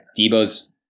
Debo's